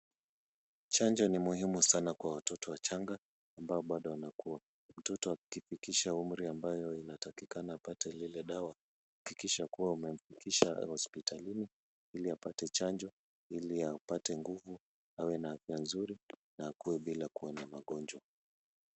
Chanjo ni muhimu sana kwa watoto wachanga ambao bado wanakuwa. Mtoto akifikisha umri ambayo inatakikana apate lile dawa , hakikisha kuwa umemfikisha hospitalini ili apate chanjo, ili apate nguvu ,awe na afya nzuri na akuwe bila kuwa na magonjwa.